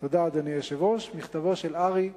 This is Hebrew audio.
תודה, אדוני היושב-ראש, מכתבו של ארי לודר.